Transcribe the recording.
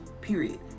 period